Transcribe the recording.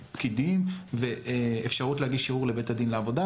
הפקידים ויש אפשרות להגיש ערעור לבית הדין לעבודה,